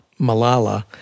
Malala